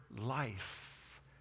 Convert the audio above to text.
life